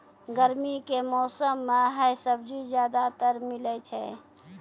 गर्मी के मौसम मं है सब्जी ज्यादातर मिलै छै